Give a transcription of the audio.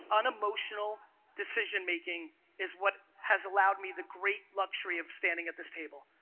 unemotional decision-making is what has allowed me the great luxury of standing at this table.